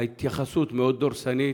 ההתייחסות מאוד דורסנית,